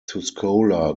tuscola